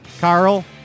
Carl